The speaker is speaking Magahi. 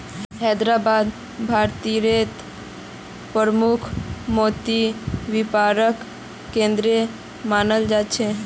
हैदराबादक भारतेर प्रमुख मोती व्यापार केंद्र मानाल जा छेक